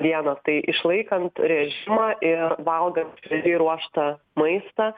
dieną tai išlaikant režimą ir valgant šviežiai ruoštą maistą